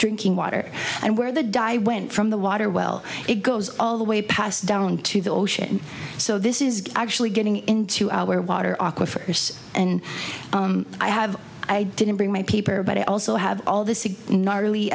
drinking water and where the dye went from the water well it goes all the way past down to the ocean so this is actually getting into our water aquifer and i have i didn't bring my paper but i also have all this is really